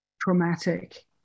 traumatic